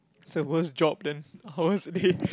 it's a worse job then ours